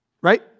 Right